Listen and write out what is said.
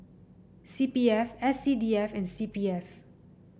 C P F S C D F and C P F